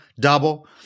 double